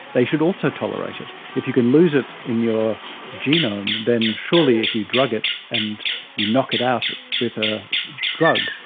they should also tolerate it. if you can lose it in your genome, then surely if you drug it and you knock it out with a drug,